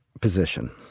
position